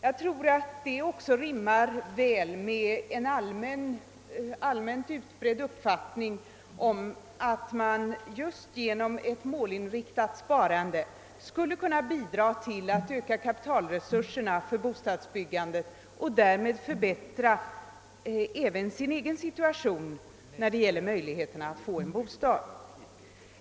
Jag tror också att detta rimmar väl med en allmänt utbredd uppfattning, att man just genom ett målinriktat sparande skulle kunna bidra till att öka kapitalresurserna för bostadsbyggandet och därmed även förbättra sin egen situation då det gäller möjligheterna att få en bostad.